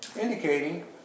indicating